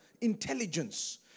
intelligence